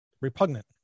Repugnant